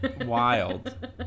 wild